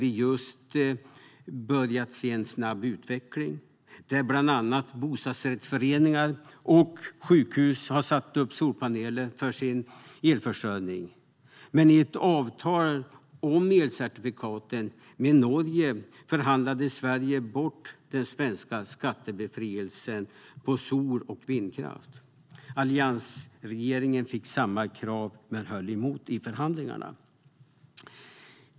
Där hade vi börjat se en snabb utveckling. Bland annat bostadsrättsföreningar och sjukhus satte upp solpaneler för sin elförsörjning. Men i ett avtal om elcertifikaten med Norge förhandlade Sverige bort den svenska skattebefrielsen på sol och vindkraft. Alliansregeringen fick samma krav men höll emot i förhandlingarna.